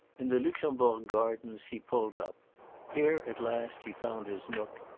in the luxembourg gardens he pulled up here at last he found his nook,